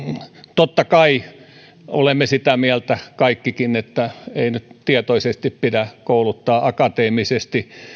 totta kai olemme sitä mieltä kaikkikin että ei nyt tietoisesti pidä kouluttaa akateemisia